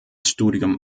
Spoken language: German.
studium